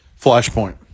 Flashpoint